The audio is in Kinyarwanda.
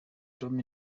tom